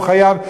הוא חייב,